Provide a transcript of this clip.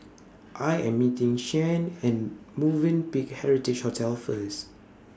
I Am meeting Shianne At Movenpick Heritage Hotel First